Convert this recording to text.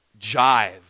jive